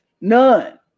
none